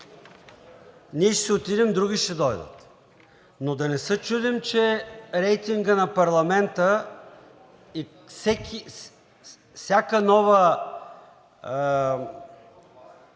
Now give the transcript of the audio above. ние ще си отидем, други ще дойдат, но да не се чудим, че рейтингът на парламента… Всяка нова